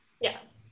Yes